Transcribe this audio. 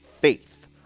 Faith